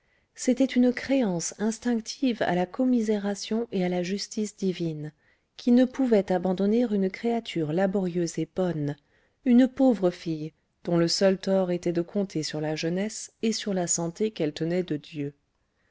c'était une créance instinctive à la commisération et à la justice divines qui ne pouvaient abandonner une créature laborieuse et bonne une pauvre fille dont le seul tort était de compter sur la jeunesse et sur la santé qu'elle tenait de dieu